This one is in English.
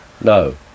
no